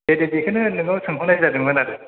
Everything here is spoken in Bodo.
दे दे बेखौनो नोंनाव सोंहरनाय जादोंमोन आरो